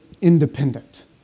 independent